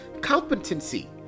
competency